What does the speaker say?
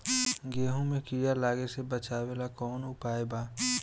गेहूँ मे कीड़ा लागे से बचावेला कौन उपाय बा?